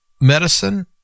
medicine